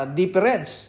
difference